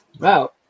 wow